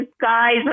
guys